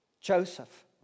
Joseph